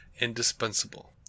indispensable